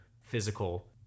physical